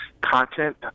content